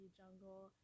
jungle